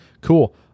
Cool